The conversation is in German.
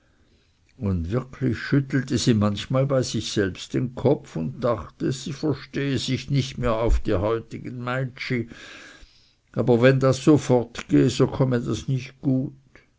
und wirklich schüttelte sie manchmal bei sich selbst den kopf und dachte sie verstehe sich nicht mehr auf die heutigen meitschi aber wenn das so fortgehe so komme das nicht gut